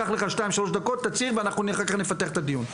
קח לך שתיים-שלוש דקות, ואחר כך נפתח את הדיון.